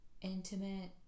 intimate